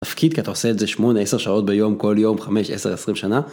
תפקיד כי אתה עושה את זה 8-10 שעות ביום כל יום 5-10-20 שנה.